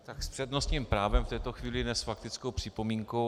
Tak s přednostním právem v této chvíli, ne s faktickou připomínkou.